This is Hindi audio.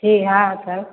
ठीक हाँ सर